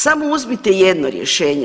Samo uzmite jedno rješenje.